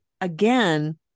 again